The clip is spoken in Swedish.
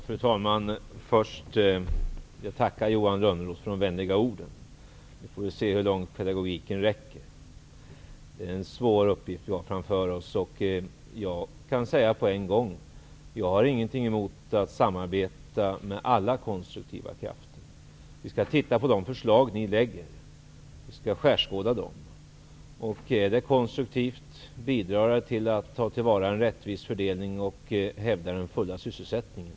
Fru talman! Först vill jag tacka Johan Lönnroth för de vänliga orden. Vi får väl se hur långt pedagogiken räcker. Det är en svår uppgift som vi har framför oss. Jag kan på en gång säga: Jag har inget emot att samarbeta med alla konstruktiva krafter. Vi skall titta på de förslag som ni lägger fram och skärskåda dem. Vi skall konstruktivt bidra till att en rättvis fördelning tillvaratas och hävda den fulla sysselsättningen.